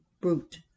brute